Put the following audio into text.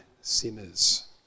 sinners